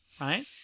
right